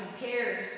compared